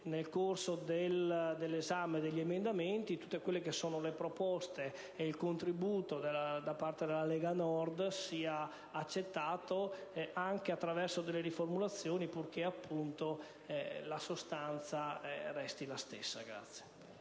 nel corso dell'esame degli emendamenti tutte le proposte e i contributi della Lega Nord siano accettati, anche attraverso eventuali riformulazioni, purché la sostanza resti la stessa.